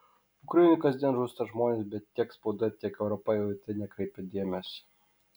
ukrainoje kasdien žūsta žmonės bet tiek spauda tiek europa jau į tai nekreipia dėmesio